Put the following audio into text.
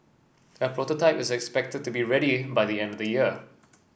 a prototype is expected to be ready by the end of the year